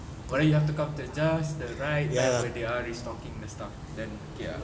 but then you have to come just the right time that they are restocking the stuff then ya